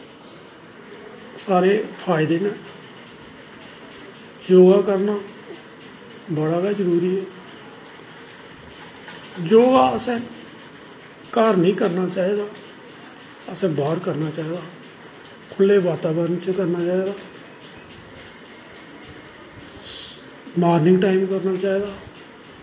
सारे फायदे न योग करना बड़ा गै जरूरी ऐ योग असेंगी घर निं करना चाहिदा असें बाह्र करना चाहिदा खुल्ले बातावरण च करना चाहिदा मार्निंग टाईम करना चाहिदा